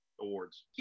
awards